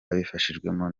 abifashijwemo